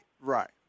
right